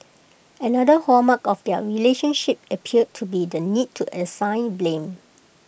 another hallmark of their relationship appeared to be the need to assign blame